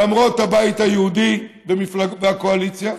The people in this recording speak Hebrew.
למרות הבית היהודי והקואליציה,